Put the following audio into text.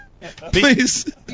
Please